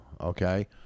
okay